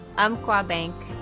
umpqua bank,